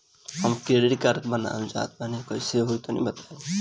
हम credit card बनवावल चाह तनि कइसे होई तनि बताई?